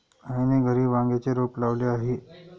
आईने घरी वांग्याचे रोप लावले आहे